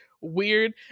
weird